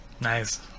nice